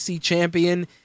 champion